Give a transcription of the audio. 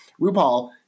RuPaul